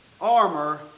armor